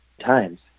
times